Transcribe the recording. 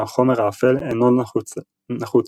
שהחומר האפל אינו נחוץ שם,